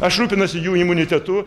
aš rūpinuosi jų imunitetu